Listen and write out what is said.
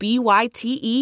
B-Y-T-E